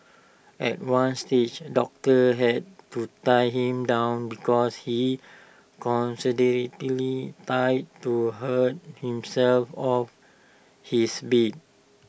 at one stage doctors had to tie him down because he constantly tied to hurl himself off his bid